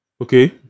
Okay